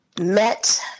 met